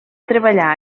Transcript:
treballar